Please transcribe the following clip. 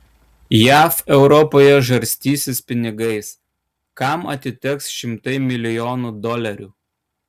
jav europoje žarstysis pinigais kam atiteks šimtai milijonų dolerių